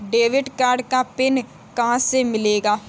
Debit card का PIN कहां से मिलेगा?